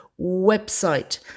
website